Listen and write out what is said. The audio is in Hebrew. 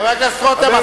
חבר הכנסת רותם,